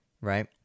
right